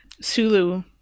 Sulu